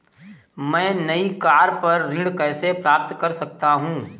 मैं नई कार पर ऋण कैसे प्राप्त कर सकता हूँ?